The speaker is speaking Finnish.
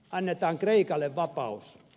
annetaan kreikalle vapaus